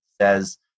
says